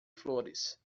flores